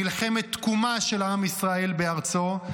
מלחמת תקומה של עם ישראל בארצו,